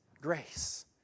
Grace